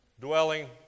dwelling